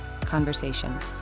conversations